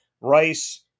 Rice